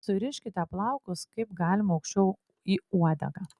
suriškite plaukus kaip galima aukščiau į uodegą